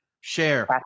share